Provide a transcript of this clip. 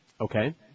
Okay